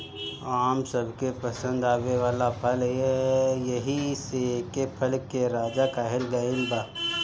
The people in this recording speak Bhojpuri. आम सबके पसंद आवे वाला फल ह एही से एके फल के राजा कहल गइल बा